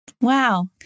Wow